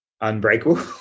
unbreakable